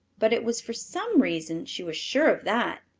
but it was for some reason, she was sure of that.